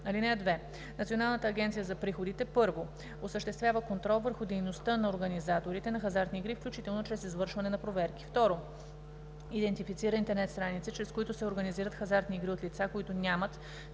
акт. (2) Националната агенция за приходите: 1. осъществява контрол върху дейността на организаторите на хазартни игри, включително чрез извършване на проверки; 2. идентифицира интернет страници, чрез които се организират хазартни игри от лица, които нямат